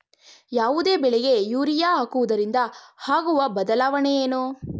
ಯಾವುದೇ ಬೆಳೆಗೆ ಯೂರಿಯಾ ಹಾಕುವುದರಿಂದ ಆಗುವ ಬದಲಾವಣೆ ಏನು?